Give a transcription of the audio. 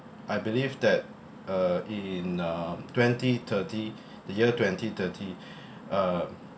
I believe that uh in um twenty thirty the year twenty thirty uh